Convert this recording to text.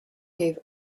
gave